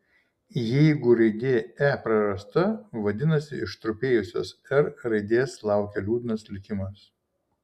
jeigu raidė e prarasta vadinasi ištrupėjusios r raidės laukia liūdnas likimas